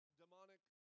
demonic